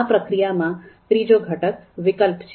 આ પ્રક્રિયામાં ત્રીજો ઘટક વિકલ્પ છે